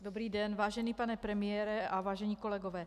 Dobrý den, vážený pane premiére, vážení kolegové.